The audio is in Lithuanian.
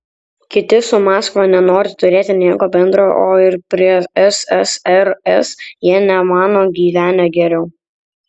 kiti su maskva nenori turėti nieko bendra o ir prie ssrs jie nemano gyvenę geriau